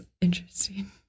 interesting